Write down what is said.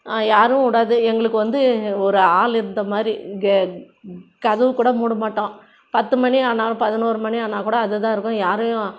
யாரும் விடாது எங்களுக்கு வந்து ஒரு ஆள் இருந்த மாதிரி கே கதவு கூட மூட மாட்டோம் பத்து மணி ஆனால் பதினொரு மணி ஆனால் கூட அது தான் இருக்கும் யாரையும்